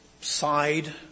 side